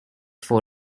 for